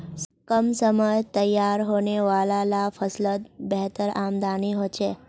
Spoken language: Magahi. कम समयत तैयार होने वाला ला फस्लोत बेहतर आमदानी होछे